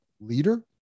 leader